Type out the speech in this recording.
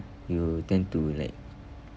you tend to like